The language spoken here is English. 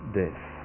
death